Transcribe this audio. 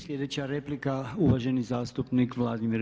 Sljedeća replika uvaženi zastupnik Vladimir